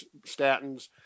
statins